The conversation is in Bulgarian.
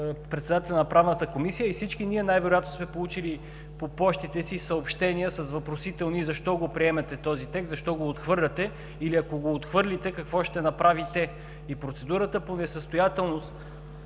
председателят на Правната комисия, и всички ние най-вероятно сме получили по пощите си съобщения с въпросителни: „Защо приемате този текст? Защо го отхвърляте? Ако го отхвърлите, какво ще направите?“ Процедурата по несъстоятелност,